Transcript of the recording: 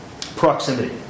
proximity